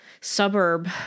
suburb